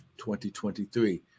2023